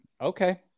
okay